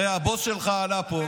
הרי הבוס שלך עלה לפה,